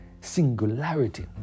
singularity